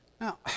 Now